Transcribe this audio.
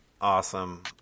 Awesome